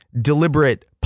deliberate